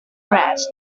rest